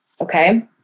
Okay